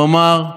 הוא אמר: